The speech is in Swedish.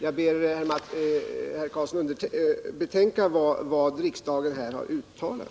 Jag ber herr Karlsson betänka vad riksdagen här har uttalat.